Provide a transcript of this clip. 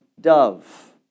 Dove